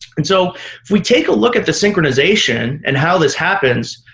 and so if we take a look at the synchronization and how this happens,